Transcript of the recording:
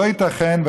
לא ייתכן,